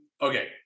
Okay